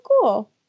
cool